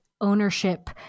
ownership